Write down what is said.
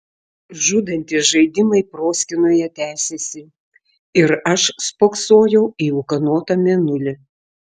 žudantys žaidimai proskynoje tesėsi ir aš spoksojau į ūkanotą mėnulį